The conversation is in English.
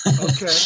Okay